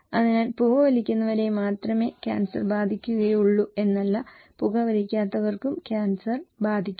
അതിനാൽ പുകവലിക്കുന്നവരെ മാത്രമേ കാൻസർ ബാധിക്കുകയുള്ളൂ എന്നല്ല പുകവലിക്കാത്തവർക്കും കാൻസർ ബാധിക്കാം